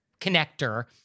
connector